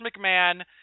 McMahon